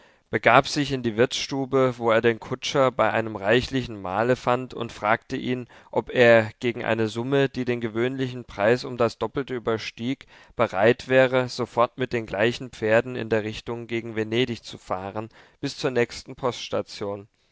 begab sich in die wirtsstube wo er den kutscher bei einem reichlichen mahle fand und fragte ihn ob er gegen eine summe die den gewöhnlichen preis um das doppelte überstieg bereit wäre sofort mit den gleichen pferden in der richtung gegen venedig zu fahren bis zur nächsten poststation